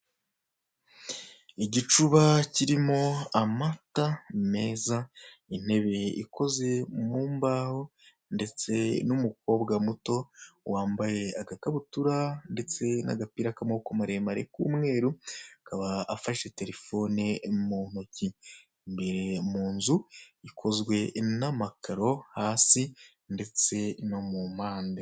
Igicuba kirimo amata meza, intebe ikozwe mu mbaho ndetse n'umukobwa muto wambaye agakabutura ndetse n'agapira k'amaboko maremare k'umweru, akaba afashe telefoni mu ntoki. Imbere mu nzu, ikozwe n'amakaro, hasi ndetse no mu mpande.